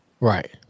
right